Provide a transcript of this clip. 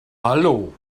hallo